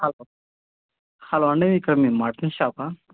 hello hello అండీ ఇక్కడ మీ మటన్ షాపా